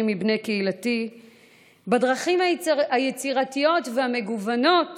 מבני קהילתי בדרכים היצירתיות והמגוונות